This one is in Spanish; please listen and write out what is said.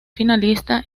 finalista